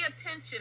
attention